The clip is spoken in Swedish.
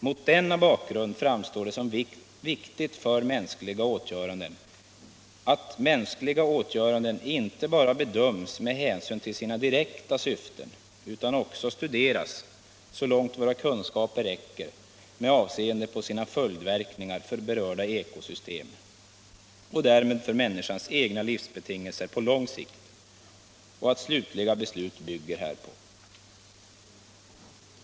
Mot denna bakgrund framstår det som viktigt att mänskliga åtgöranden inte bara bedöms med hänsyn till sina direkta syften utan också studeras — så långt våra kunskaper räcker — med avseende på sina följdverkningar för berörda ekosystem och därmed för människans egna livsbetingelser på lång sikt och att slutliga beslut bygger härpå.